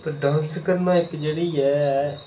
तां डांस करना इक्क जेह्ड़ी ऐ